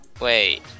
wait